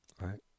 right